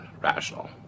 rational